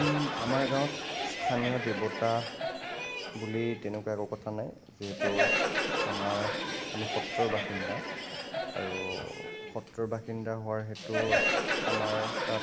আমাৰ গাঁৱত স্থানীয় দেৱতা বুলি তেনেকুৱা একো কথা নাই যিহেতু আমাৰ আমি সত্ৰৰ বাসিন্দা আৰু সত্ৰৰ বাসিন্দা হোৱাৰ হেতু আমাৰ তাত